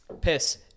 piss